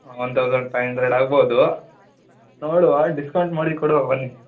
one thousand five hundred ಆಗ್ಬೋದು ನೋಡುವ discount ಮಾಡಿ ಕೊಡುವ ಬನ್ನಿ